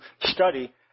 study